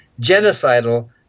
genocidal